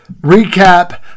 recap